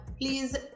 Please